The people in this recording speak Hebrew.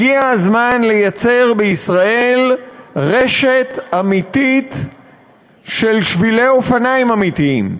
הגיע הזמן לייצר בישראל רשת אמיתית של שבילי אופניים אמיתיים.